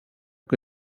que